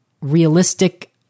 realistic